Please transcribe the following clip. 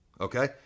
Okay